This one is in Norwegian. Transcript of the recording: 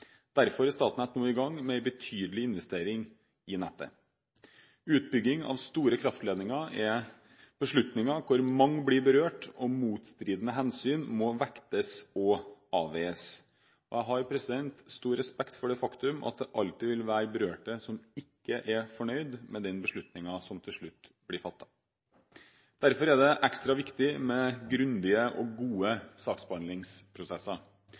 Derfor er Statnett nå i gang med betydelige investeringer i nettet. Utbygging av store kraftledninger er beslutninger hvor mange blir berørt og motstridende hensyn må vektes og avveies. Jeg har stor respekt for det faktum at det alltid vil være berørte som ikke er fornøyd med den beslutningen som til slutt blir fattet. Derfor er det ekstra viktig med grundige og gode saksbehandlingsprosesser.